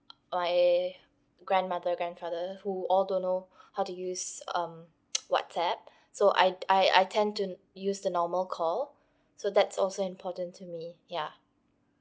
my grandmother grandfather who all don't know how to use um whatsapp so I I I tend to use the normal call so that's also important to me ya